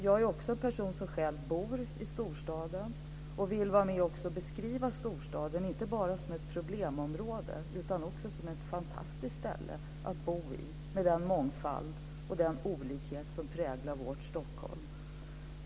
Jag bor själv i storstaden och vill vara med och beskriva storstaden, inte bara som ett problemområde utan som ett fantastiskt ställe att bo i med den mångfald och de olikheter som präglar vårt Stockholm.